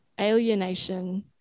alienation